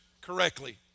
correctly